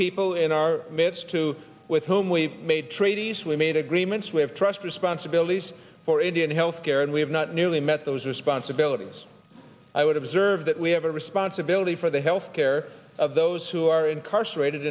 people in our midst two with whom we made trade easily made agreements we have trust responsibilities for indian health care and we have not nearly met those responsibilities i would observe that we have a responsibility for the health care of those who are incarcerated